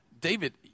David